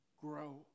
grow